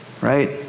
right